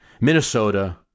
Minnesota